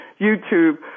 YouTube